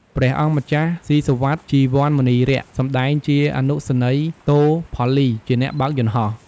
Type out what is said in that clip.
ព្រះអង្គម្ចាស់ ស៊ីសុវត្ថិ ជីវ័នមុនីរក្ស សម្តែងជាអនុសេនីយ៍ទោ ផល្លី ជាអ្នកបើកយន្តហោះ។